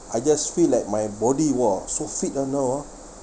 I just feel like my body !wah! so fit ah now ah